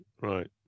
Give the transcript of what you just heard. right